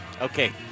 Okay